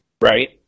Right